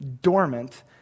dormant